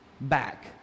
back